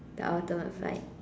the ultimate fight